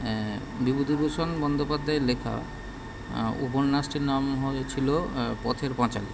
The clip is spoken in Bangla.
বিভূতিভূষণ বন্দ্যোপাধ্যায়ের লেখা উপন্যাসটির নাম হয়েছিল পথের পাঁচালী